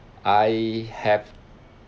I have